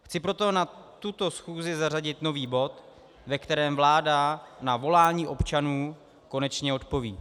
Chci proto na tuto schůzi zařadit nový bod, ve kterém vláda na volání občanů konečně odpoví.